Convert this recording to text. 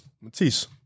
Matisse